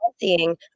seeing